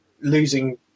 losing